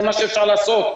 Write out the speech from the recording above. זה מה שאפשר לעשות.